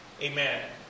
amen